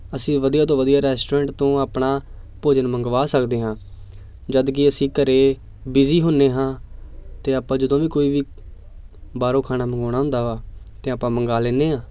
ਅਸੀਂ ਵਧੀਆ ਤੋਂ ਵਧੀਆ ਰੈਸਟੋਰੈਂਟ ਤੋਂ ਆਪਣਾ ਭੋਜਨ ਮੰਗਵਾ ਸਕਦੇ ਹਾਂ ਜਦੋਂ ਕਿ ਅਸੀਂ ਘਰ ਬਿਜ਼ੀ ਹੁੰਦੇ ਹਾਂ ਅਤੇ ਆਪਾਂ ਜਦੋਂ ਵੀ ਕੋਈ ਵੀ ਬਾਹਰੋਂ ਖਾਣਾ ਮੰਗਵਾਉਣਾ ਹੁੰਦਾ ਵਾ ਅਤੇ ਆਪਾਂ ਮੰਗਵਾ ਲੈਂਦੇ ਹਾਂ